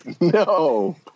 no